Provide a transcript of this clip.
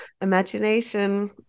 imagination